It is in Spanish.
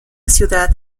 ciudad